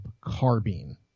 carbine